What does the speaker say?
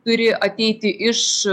turi ateiti iš